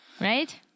Right